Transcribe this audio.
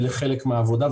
ולחלק מהעבודה,